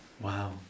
wow